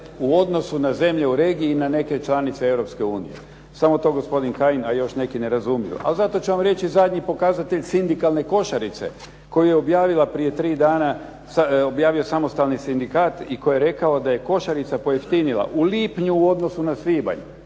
u odnosu na zemlje u regiji, na neke članice Europske unije. Samo to gospodin Kajin, a još neki ne razumiju. Ali zato će vam reći zadnji pokazatelj sindikalne košarice koji je objavio prije tri dana, objavio samostalni sindikat i koji je rekao da je košarica pojeftinila u lipnju u odnosu na svibanj,